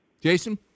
Jason